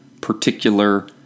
particular